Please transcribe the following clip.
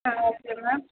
ah okay ma'am